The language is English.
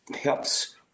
helps